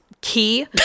key